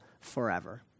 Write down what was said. forever